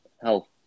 health